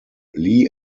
lee